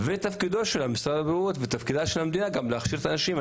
ותפקידו של משרד הבריאות ושל המדינה היא להכשיר את האנשים.